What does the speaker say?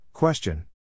Question